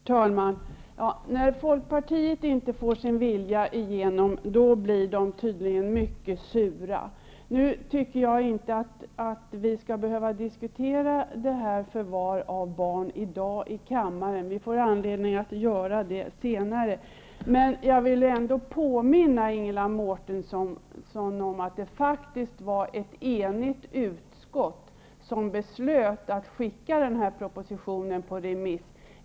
Herr talman! När folkpartister inte får sin vilja igenom blir de tydligen mycket sura. Nu tycker jag inte att vi skall behöva diskutera förvar av barn i dag i kammaren. Vi får anledning att göra det senare. Men jag vill ändå påminna Ingela Mårtensson om att det faktiskt var ett enigt utskott som beslöt att skicka den här propositionen på remiss.